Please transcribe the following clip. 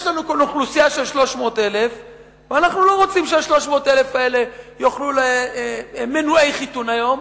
יש לנו אוכלוסייה של 300,000. 300,000 אלה הם מנועי חיתון היום,